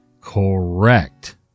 correct